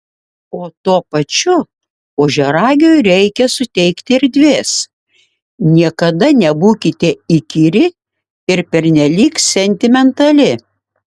o tuo pačiu ožiaragiui reikia suteikti erdvės niekada nebūkite įkyri ir pernelyg sentimentali